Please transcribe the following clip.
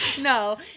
No